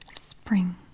spring